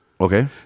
Okay